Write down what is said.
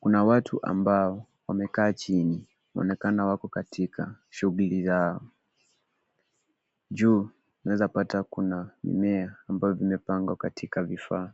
Kuna watu ambao wamekaa chini. Wanaonekana wako katika shughuli yao. Juu unaweza pata kuna mimea ambayo imepangwa kwenye vifaa.